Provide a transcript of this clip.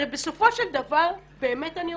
הרי בסופו של דבר, באמת אני אומרת,